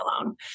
alone